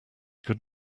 could